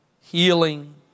healing